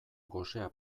gosea